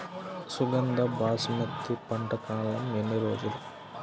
సుగంధ బాసుమతి పంట కాలం ఎన్ని రోజులు?